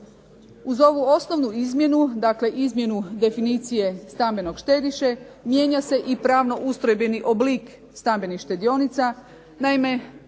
Uz ovu osnovnu izmjenu, dakle izmjenu definicije stambenog štediše mijenja se i pravno ustrojbeni oblik stambenih štedionica. Naime